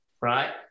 right